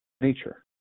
nature